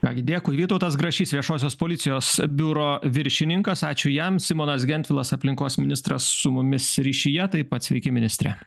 ką gi dėkui vytautas grašys viešosios policijos biuro viršininkas ačiū jam simonas gentvilas aplinkos ministras su mumis ryšyje taip pat sveiki ministre